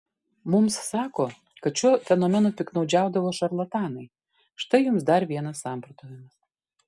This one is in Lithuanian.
mums sako kad šiuo fenomenu piktnaudžiaudavo šarlatanai štai jums dar vienas samprotavimas